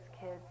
kids